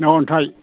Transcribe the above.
ना अन्थाइ